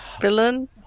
villain